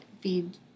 feed